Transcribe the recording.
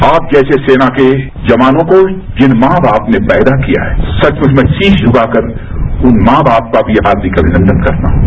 आप जैसे सेना के जवानों को जिन मां बाप ने पैदा किया है सचमुच मैं शीश झुकाकर उन मां बाप का भी अपनी तरफ से हार्दिक अमिनंदन करता हूं